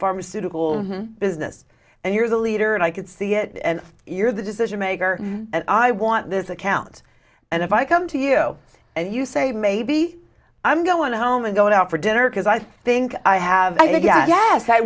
pharmaceutical business and here's a leader and i could see it and you're the decision maker and i want this account and if i come to you and you say maybe i'm going home and go out for dinner because i think i have i got yes i